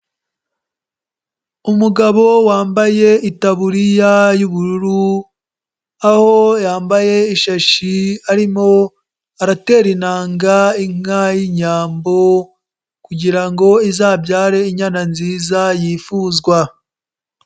Umugabo wambaye itaburiya y'ubururu aho yambaye ishashi arimo aratera inanga inka y'Inyambo kugira ngo izabyare inyana nziza yifuzwa.